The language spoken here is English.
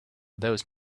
those